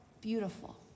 beautiful